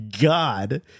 god